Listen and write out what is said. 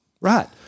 Right